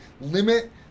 limit